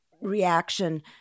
reaction